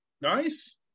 Nice